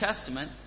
Testament